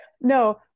No